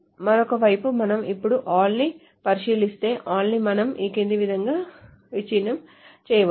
మరొక వైపు మనం ఇప్పుడు all నీ పరిశీలిస్తే all నీ మనం ఈ క్రింది విధంగా విచ్ఛిన్నం చేయవచ్చు